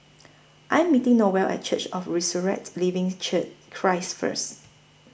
I Am meeting Noelle At Church of The Resurrected Living Christ First